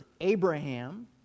Abraham